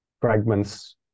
fragments